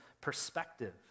perspective